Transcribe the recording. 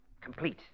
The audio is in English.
Complete